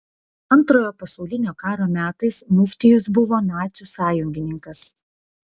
antrojo pasaulinio karo metais muftijus buvo nacių sąjungininkas